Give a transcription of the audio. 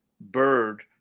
bird